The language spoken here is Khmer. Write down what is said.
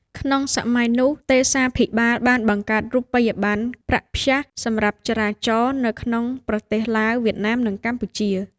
ក្នុងសម័យនោះ ទេសាភិបាលបានបង្កើតរូបិយប័ណ្ណ ប្រាក់ព្យ៉ាស់ សម្រាប់ចរាចរនៅក្នុងប្រទេសឡាវ វៀតណាម និងកម្ពុជា។